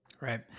Right